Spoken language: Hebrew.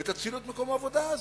ותצילו את מקום העבודה הזה.